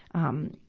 um,